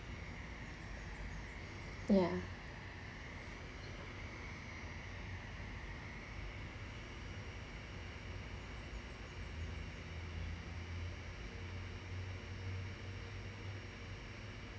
ya